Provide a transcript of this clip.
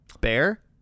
Bear